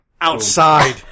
Outside